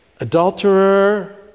Adulterer